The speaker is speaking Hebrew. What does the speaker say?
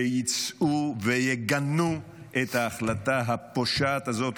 שיצאו ויגנו את ההחלטה הפושעת הזאת,